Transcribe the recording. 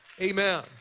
amen